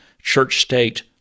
church-state